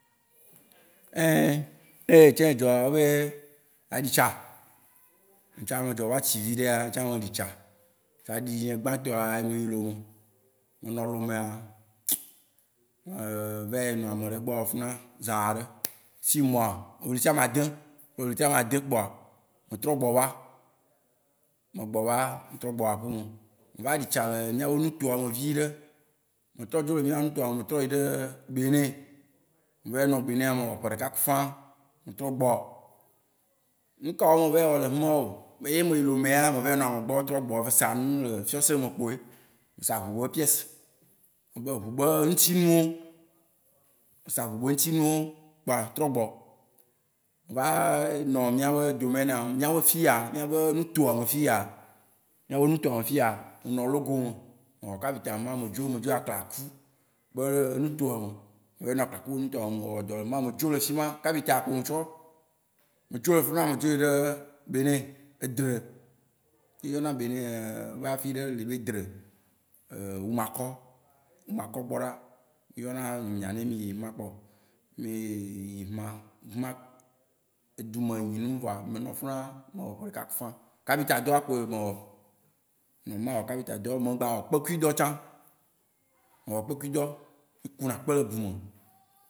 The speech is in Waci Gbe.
ne etsã edzɔa, obe aɖi tsa. Ntsã me dzɔ va tsi viɖea, ntsã me ɖi sa. Saɖiɖi nye gbã tɔa, me yi Lome. Menɔ Lomea, me vayi nɔ ame ɖe gbɔ le funua Zã ɖe, ɣleti ame ade. Ƒe ɣleti ame ade kpoa, me trɔ gbɔ va. Me gbɔ va. Me trɔ gbɔ va aƒe me. Me va ɖi tsa le mía be nutoa me viɖe. Me trɔ dzo le mía be nutoa me, me trɔ yi ɖe Bene. Me vayi nɔ bene, me wɔ ƒe ɖeka kufã, me trɔ gbɔ. Nukawoó me vayi wɔ le fima wó oo? Eyi me yi Lome ya, me vayi nɔ ame gbɔ trɔ gbɔ, sã nu le fiɔse me kpoe. Me sa ʋu be pièces, ʋu be ŋutsi nuwo. Me sa ʋu be ŋutsi nuwo kpoa trɔ gbɔ. Me va nɔ mía be domaine a me, mía be fiya, mía be nutoa me fiya, mía be nutoa me fiya, me nɔ logonu, me wɔ kapita le fima. Me dzo- me dzo yi aklaku be nutoa me. Me vayi nɔ aklaku be nutoa me, me wɔ dɔ le fima. Me dzo le funua, kapita kpo me tsɔ, me tso le funua, me dzo yi ɖe Bene. Edre, wó yɔna bene be afi ɖe li be edre. wumakɔ, wumakɔ gbɔ ɖa. Wó yɔ na. Nye me nya ne miyi funua kpɔ oo. me nɔ funua me wɔ ƒe ɖeka kufã. Kapita dɔa kpoe mewɔ. Menɔ fima wɔ kapita dɔ. Megba wɔ kpekui dɔ tsã. Mewɔ kpekui dɔ. Mí ku na kpe le gu me.